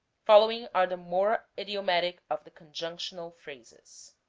following are the more idiomatic of the conjunctional phrases